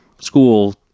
school